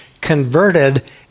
converted